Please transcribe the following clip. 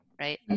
right